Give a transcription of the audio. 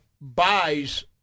buys